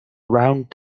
round